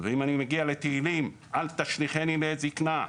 ואם אני מגיע לספר התהלים "..אל תשליכיני לעת זקנה,